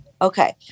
Okay